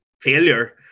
failure